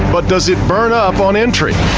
but does it burn up on entry.